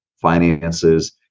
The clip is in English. finances